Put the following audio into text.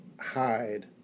hide